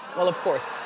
well, of course.